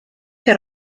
que